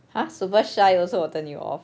!huh! super shy also will turn you off